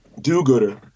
do-gooder